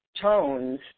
tones